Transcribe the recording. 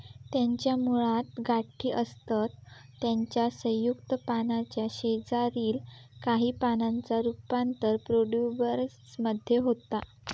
त्याच्या मुळात गाठी असतत त्याच्या संयुक्त पानाच्या शेजारील काही पानांचा रूपांतर प्रोट्युबरन्स मध्ये होता